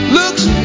looks